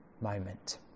moment